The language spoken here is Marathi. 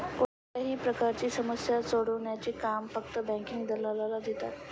कोणत्याही प्रकारची समस्या सोडवण्याचे काम फक्त बँकिंग दलालाला देतात